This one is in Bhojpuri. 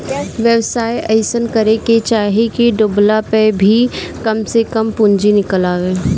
व्यवसाय अइसन करे के चाही की डूबला पअ भी कम से कम पूंजी निकल आवे